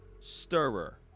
stirrer